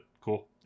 cool